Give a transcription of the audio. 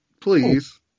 Please